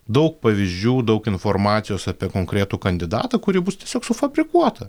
daug pavyzdžių daug informacijos apie konkretų kandidatą kuri bus tiesiog sufabrikuota